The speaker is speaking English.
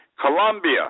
Colombia